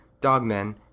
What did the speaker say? dogmen